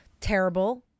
terrible